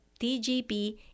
TGP